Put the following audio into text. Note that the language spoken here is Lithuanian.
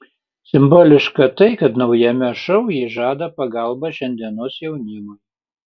simboliška tai kad naujame šou ji žada pagalbą šiandienos jaunimui